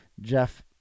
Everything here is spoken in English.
Jeff